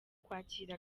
kwakira